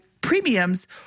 premiums